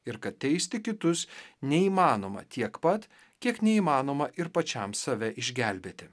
ir kad teisti kitus neįmanoma tiek pat kiek neįmanoma ir pačiam save išgelbėti